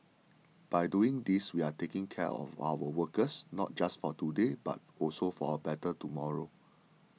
by doing these we are taking care of our workers not just for today but also for a better tomorrow